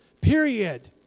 period